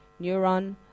neuron